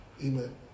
Amen